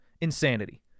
insanity